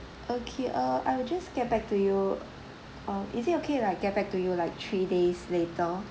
okay uh I'll just get back to you uh is it okay if I get back to you like three days later